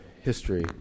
history